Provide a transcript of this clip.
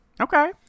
Okay